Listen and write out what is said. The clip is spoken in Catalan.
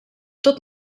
tot